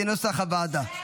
כנוסח הוועדה,